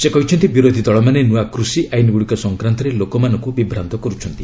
ସେ କହିଛନ୍ତି ବିରୋଧୀ ଦଳମାନେ ନୂଆ କୃଷି ଆଇନଗୁଡ଼ିକ ସଂକ୍ରାନ୍ତରେ ଲୋକମାନଙ୍କୁ ବିଭ୍ରାନ୍ତ କରୁଛନ୍ତି